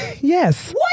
yes